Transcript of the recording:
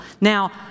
Now